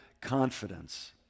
confidence